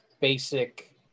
Basic